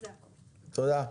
תודה.